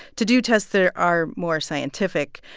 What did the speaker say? to do tests there are more scientific.